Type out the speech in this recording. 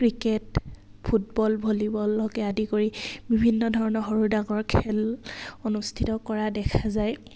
cricket football volleyball hockey আদি কৰি বিভিন্ন ধৰণৰ সৰু ডাঙৰ খেল অনুষ্ঠিত কৰা দেখা যায়